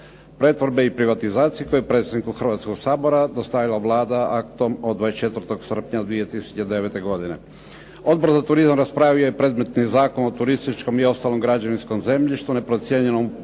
pretvorbe i privatizacije koji je predsjedniku Hrvatskog sabora dostavila Vlada aktom od 24. srpnja 2009. godine. Odbor za turizam raspravio je predmetni Zakon o turističkom i ostalom građevinskom zemljištu neprocijenjenom